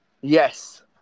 Yes